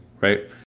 right